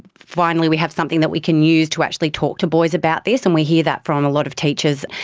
finally we have something that we can use to actually talk to boys about this', and we hear that from a lot of teachers.